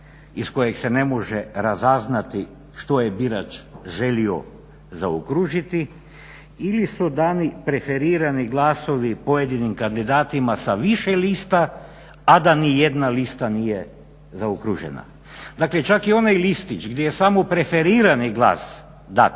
iz kojeg se ne može razaznati što je birač želio zaokružiti ili su dani preferirani glasovi pojedinim kandidatima sa više lista, a da nijedna lista nije zaokružena. Dakle, čak i onaj listić gdje je samo preferirani glas dat,